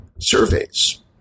surveys